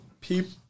people